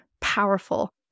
powerful